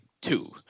two